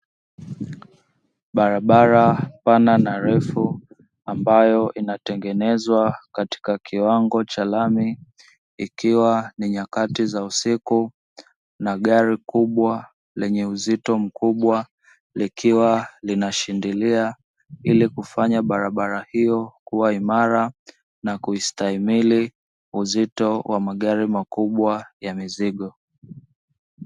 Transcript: Barabara pana na refu ambayo inatengenezwa katika kiwango cha lami, ikiwa ni nyakati za usiku na gari kubwa lenye uzito mkubwa likiwa linashindilia ili kufanya barabara hiyo kuwa imara na kuistahimili uzito wa magari makubwa ya mizigo.